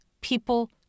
people